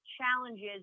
challenges